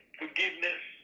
forgiveness